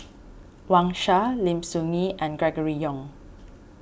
Wang Sha Lim Soo Ngee and Gregory Yong